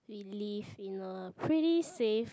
we live in a pretty safe